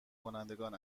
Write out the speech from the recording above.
کنندگان